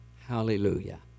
Hallelujah